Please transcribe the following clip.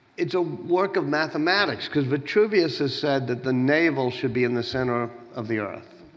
it's a work of mathematics, because vitruvius said that the navel should be in the center of the earth,